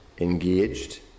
engaged